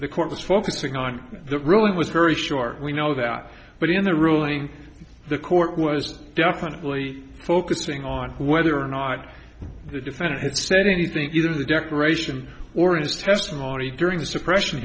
the court was focusing on the ruling was very short we know that but in the ruling the court was definitely focusing on whether or not the defendant had said anything either in the declaration or in testimony during the suppression